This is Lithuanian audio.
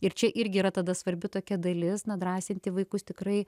ir čia irgi yra tada svarbi tokia dalis na drąsinti vaikus tikrai